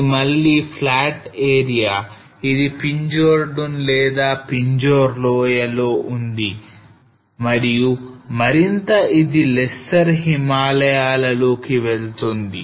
ఇది మళ్లీ flat area ఇది pinjore Dun లేదా Pinjore లోయ లో ఉంది మరియు మరింతగా ఇది lesser హిమాలయాల లోకి వెళుతుంది